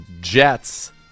Jets